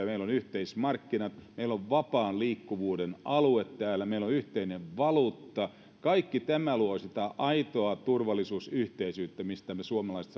meillä on yhteismarkkinat meillä on vapaan liikkuvuuden alue täällä meillä on yhteinen valuutta kaikki tämä luo sitä aitoa turvallisuusyhteisyyttä mistä me suomalaiset